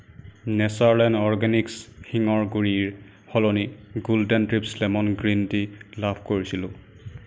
Natureland organics হিঙৰ গুড়িৰ সলনি golden tips lemon green tea লাভ কৰিছিলোঁ